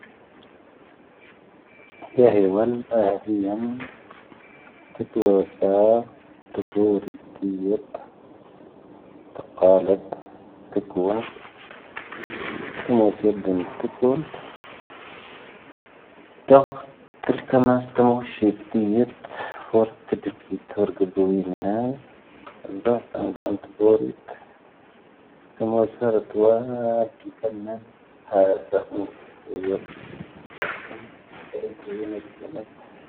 ⵢⴻⵀⵉ ⵡⴰⵍ ⴰⵀⴷⵉⵢⴰⵏ ⵜⴰⴷⵡⴰⵙⵙⴰ ⵜⴰⴱⵓⵔⵉ ⵙⴻ ⵜⴰⵇⴰⴰⵍⵜ ⵜⴰⵇⵡⴰ ⵜⴰⵎⴰⵙⵉⵢⴰ ⵜⴰⵇ ⵎⵓⵙⵉⵎⴰⵜⵜⵉⵢⴻⵜ ⵡⴰⵔⵜⵉⵇⴻⴷ ⵎⵉⵏⴰⵢⵉ ⴰⵏⴳⴰⵎ ⵜⴰⴱⵓⵔⵉⴽ ⴰⵎⴳⴰⵏⵉⵏ.